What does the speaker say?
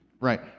Right